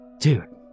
Dude